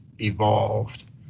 evolved